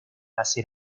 hacer